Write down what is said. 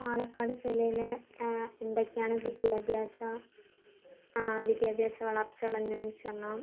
പാലക്കാട് ജില്ലയിലെ എന്തെക്കെയാണ് വിദ്യാഭ്യാസ വിദ്യാഭ്യാസ വളർച്ചകൾ എന്ന് ചോദിച്ച് പറഞ്ഞാൽ